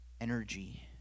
energy